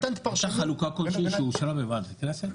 הייתה חלוקה כלשהי שאושרה בוועדת הכנסת?